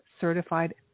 certified